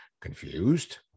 confused